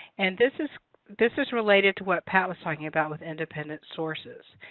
and this is this is related to what pat was talking about with independent sources.